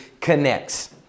connects